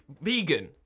vegan